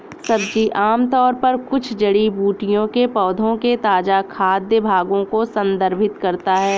सब्जी आमतौर पर कुछ जड़ी बूटियों के पौधों के ताजा खाद्य भागों को संदर्भित करता है